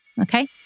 okay